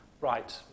Right